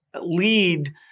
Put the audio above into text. lead